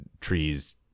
trees